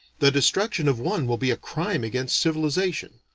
the destruction of one will be a crime against civilization.